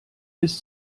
bis